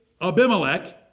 Abimelech